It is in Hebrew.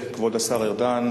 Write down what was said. כבוד השר ארדן,